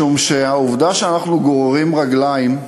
משום שהעובדה שאנחנו גוררים רגליים,